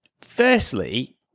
firstly